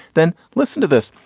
then listen to this.